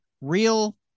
real